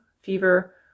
fever